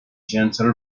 gentle